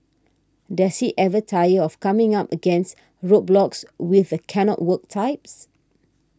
does she ever tire of coming up against roadblocks with the cannot work types